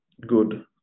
good